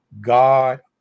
God